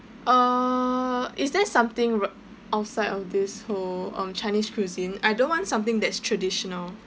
uh is there something r~ outside of this who um chinese cuisine I don't want something that's traditional